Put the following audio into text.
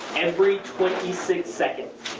every twenty six seconds.